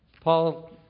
Paul